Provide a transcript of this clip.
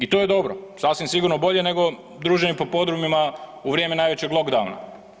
I to je dobro, sasvim sigurno bolje nego druženje po podrumima u vrijeme najvećeg lockdowna.